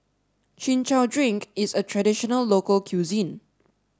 Chin Chow Drink is a traditional local cuisine